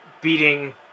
beating